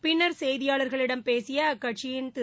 பின்னர் செய்தியாளர்களிடம் பேசிய அக்கட்சியின் திரு